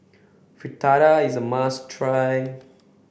Fritada is a must try